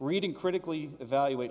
reading critically evaluate